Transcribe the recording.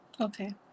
Okay